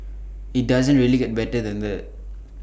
IT doesn't really get better than that